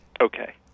Okay